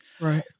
Right